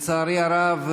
לצערי הרב,